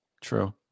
true